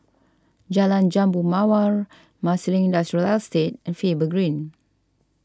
Jalan Jambu Mawar Marsiling Industrial Estate and Faber Green